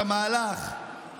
את המהלך,